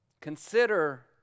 Consider